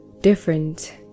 different